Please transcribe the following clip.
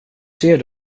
ser